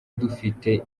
dufite